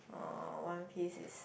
um one piece is